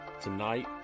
Tonight